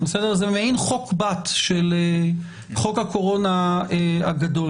זה מעין חוק בת של חוק הקורונה הגדול,